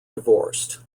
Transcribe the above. divorced